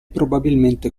probabilmente